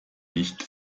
nicht